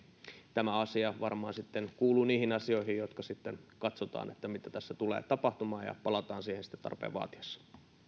tämä asia varmaan kuuluu niihin asioihin joista sitten katsotaan mitä tässä tulee tapahtumaan ja palataan niihin sitten tarpeen vaatiessa